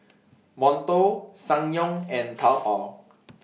Monto Ssangyong and Taobao